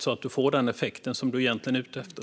så att man får den effekt som du egentligen är ute efter.